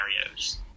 scenarios